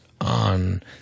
on